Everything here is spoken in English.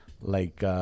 Like-